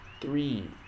three